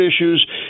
issues